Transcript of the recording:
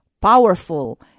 powerful